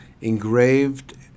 engraved